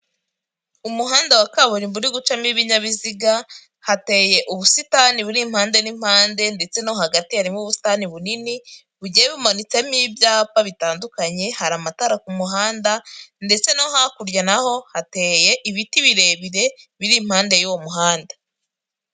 Umuhanda wa kaburimbo uri gucamo ibinyabiziga hateye ubusitani buri impande n'impande ndetse no hagati harimo ubusitani bunini bugiye bumanitsemo ibyapa bitandukanye hari amatara ku muhanda ndetse no hakurya naho hateye ibiti birebire biri impande y'uwo muhanda.